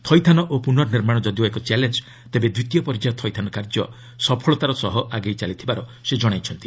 ଥଇଥାନ ଓ ପ୍ରନଃ ନିର୍ମାଣ ଯଦିଓ ଏକ ଚ୍ୟାଲେଞ୍ଜ୍ ତେବେ ଦ୍ୱିତୀୟ ପର୍ଯ୍ୟାୟ ଥଇଥାନ କାର୍ଯ୍ୟ ସଫଳତାର ସହ ଆଗେଇ ଚାଲିଥିବାର ସେ ଜଣାଇଛନ୍ତି